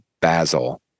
Basil